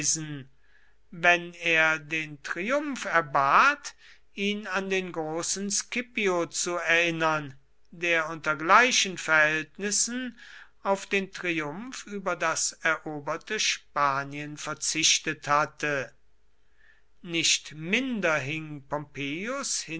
wenn er den triumph erbat ihn an den großen scipio zu erinnern der unter gleichen verhältnissen auf den triumph über das eroberte spanien verzichtet hatte nicht minder hing pompeius